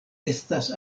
estas